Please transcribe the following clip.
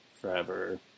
forever